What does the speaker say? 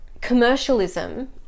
commercialism